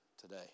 today